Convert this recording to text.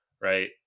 right